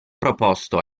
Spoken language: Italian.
proposto